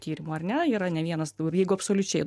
tyrimų ar ne yra ne vienas ir jeigu absoliučiai